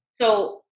So-